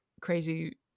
crazy